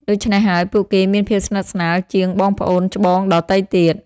ដូច្នេះហើយ ពួកគេមានភាពស្និទ្ធស្នាលជាងបងប្អូនច្បងដទៃទៀត។